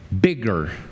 bigger